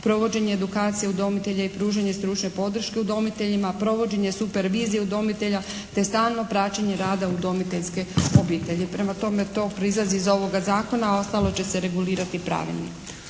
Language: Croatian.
provođenja edukacije udomitelja i pružanje stručne podrške udomiteljima, provođenje supervizije udomitelja te stalno praćenje rada udomiteljske obitelji. Prema tome to proizlazi iz ovoga zakona, a ostalo će se regulirati pravilnikom.